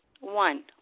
One